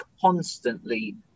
constantly